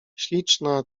śliczna